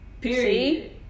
Period